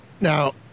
Now